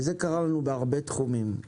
וזה קרה לנו בהרבה תחומים.